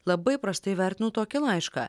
labai prastai vertino tokį laišką